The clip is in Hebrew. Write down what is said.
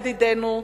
ידידנו,